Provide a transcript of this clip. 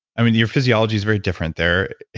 i mean, your physiology is very different there.